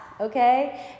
Okay